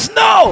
no